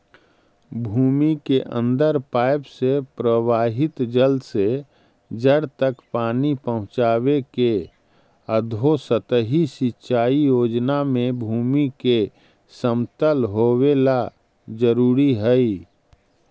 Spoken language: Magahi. भूमि के अंदर पाइप से प्रवाहित जल से जड़ तक पानी पहुँचावे के अधोसतही सिंचाई योजना में भूमि के समतल होवेला जरूरी हइ